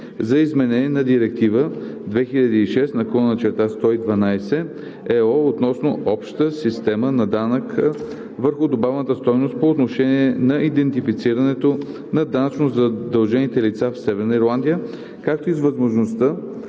за изменение на Директива 2006/112/ЕО относно общата система на данъка върху добавената стойност по отношение на идентифицирането на данъчно задължените лица в Северна Ирландия, както и с възможността,